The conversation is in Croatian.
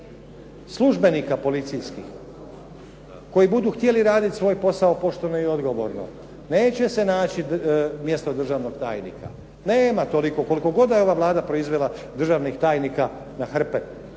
službenika policijskih koji budu htjeli radit svoj posao pošteno i odgovorno neće se naći mjesto državnog tajnika. Nema toliko, koliko god da je ova Vlada proizvela državnih tajnika na hrpe,